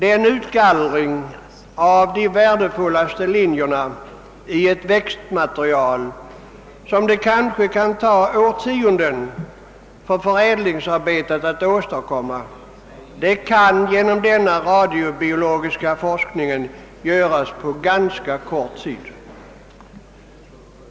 Den utgallring av de värdefullaste linjerna i ett växtmaterial, som det annars kan ta årtionden att åstadkomma i förädlingsarbetet, kan genom denna radiobiologiska forskning göras på ganska kort tid.